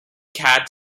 kat